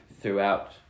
throughout